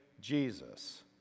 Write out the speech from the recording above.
Jesus